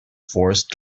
force